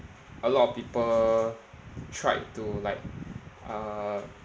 a lot of people tried to like uh